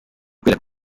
kubera